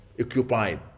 occupied